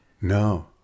No